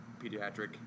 pediatric